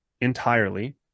entirely